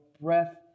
breath